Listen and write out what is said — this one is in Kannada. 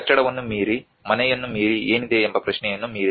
ಕಟ್ಟಡವನ್ನು ಮೀರಿ ಮನೆಯನ್ನು ಮೀರಿ ಏನಿದೆ ಎಂಬ ಪ್ರಶ್ನೆಯನ್ನು ಮೀರಿದೆ